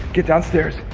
get downstairs,